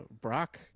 Brock